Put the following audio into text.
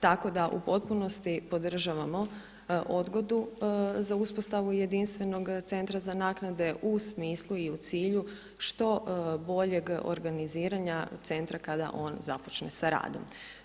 Tako da u potpunosti podržavamo odgodu za uspostavu jedinstvenog centra za naknade u smislu i u cilju što boljeg organiziranja centra kada on započne sa radom.